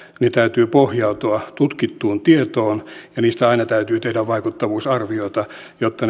sen täytyy pohjautua tutkittuun tietoon ja niistä aina täytyy tehdä vaikuttavuusarvioita jotta